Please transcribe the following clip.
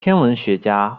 天文学家